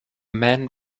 man